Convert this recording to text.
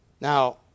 Now